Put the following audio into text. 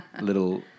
little